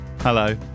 Hello